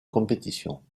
compétition